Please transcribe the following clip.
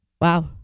wow